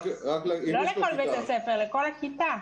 לא לכל בית הספר, לכל הכיתה.